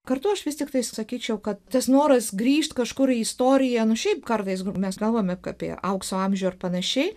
kartu aš vis tiktai sakyčiau kad tas noras grįžt kažkur į istoriją nu šiaip kartais mes kalbam juk apie aukso amžių ir panašiai